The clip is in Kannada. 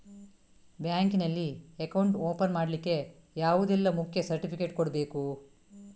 ಬ್ಯಾಂಕ್ ನಲ್ಲಿ ಅಕೌಂಟ್ ಓಪನ್ ಮಾಡ್ಲಿಕ್ಕೆ ಯಾವುದೆಲ್ಲ ಮುಖ್ಯ ಸರ್ಟಿಫಿಕೇಟ್ ಕೊಡ್ಬೇಕು?